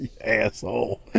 Asshole